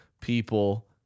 people